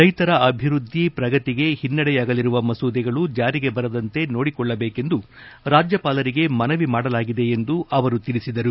ರೈತರ ಅಭಿವೃದ್ಧಿ ಪ್ರಗತಿಗೆ ಹಿನ್ನಡೆಯಾಗಲಿರುವ ಮಸೂದೆಗಳು ಜಾರಿಗೆ ಬರದಂತೆ ನೋಡಿಕೊಳ್ಳಬೇಕೆಂದು ರಾಜ್ಯಪಾಲರಿಗೆ ಮನವಿ ಮಾಡಲಾಗಿದೆ ಎಂದು ಅವರು ತಿಳಿಸಿದರು